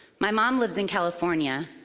my mom lives in california,